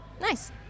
Nice